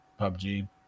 PUBG